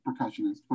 percussionist